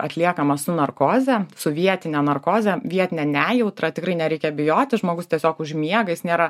atliekamas su narkoze su vietine narkoze vietine nejautra tikrai nereikia bijoti žmogus tiesiog užmiega jis nėra